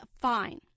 fine